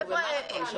אנחנו במרתון בשבוע הבא.